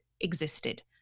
existed